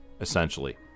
essentially